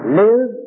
live